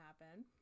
happen